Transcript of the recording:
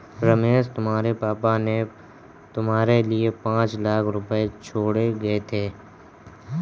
रमेश तुम्हारे पापा ने तुम्हारे लिए पांच लाख रुपए छोड़े गए थे